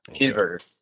cheeseburger